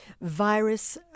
virus